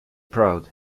proud